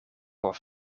voor